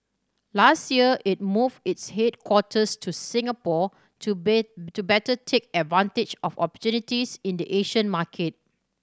last year it move its headquarters to Singapore to bet to better take advantage of opportunities in the Asian market